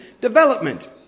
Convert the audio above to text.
development